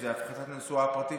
שזו הפחתת הנסועה הפרטית,